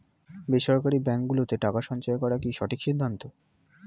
বেসরকারী ব্যাঙ্ক গুলোতে টাকা সঞ্চয় করা কি সঠিক সিদ্ধান্ত?